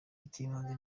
icy’ibanze